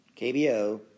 KBO